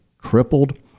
crippled